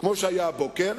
כמו שהיה הבוקר,